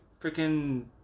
freaking